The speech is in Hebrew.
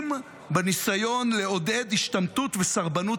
עסוקים בניסיון לעודד השתמטות וסרבנות